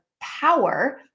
power